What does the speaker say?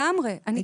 אני מסכימה לגמרי.